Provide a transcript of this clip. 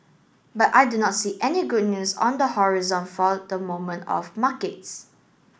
but I do not see any good news on the horizon for the moment of markets